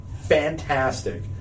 fantastic